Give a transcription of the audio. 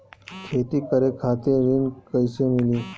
खेती करे खातिर ऋण कइसे मिली?